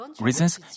reasons